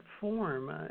form